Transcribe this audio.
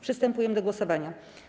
Przystępujemy do głosowania.